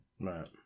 Right